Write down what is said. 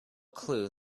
clue